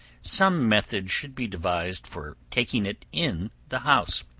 some method should be devised for taking it in the house.